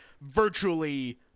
virtually